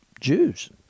Jews